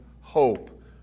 hope